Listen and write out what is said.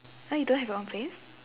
!huh! you don't have your own place